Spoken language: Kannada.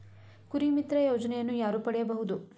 ಕುರಿಮಿತ್ರ ಯೋಜನೆಯನ್ನು ಯಾರು ಪಡೆಯಬಹುದು?